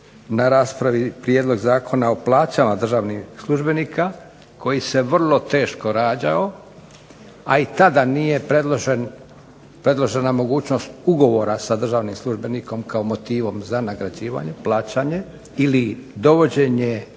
na raspravi Prijedlog Zakona o plaćama državnih službenika, koji se vrlo teško rađao, a i tada nije predložena mogućnost ugovora sa državnim službenikom kao motivom za nagrađivanje, plaćanje ili dovođenje